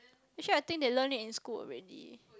actually I think they learn it in school already